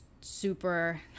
super